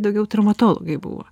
daugiau traumatologai buvo